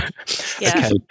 okay